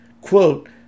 quote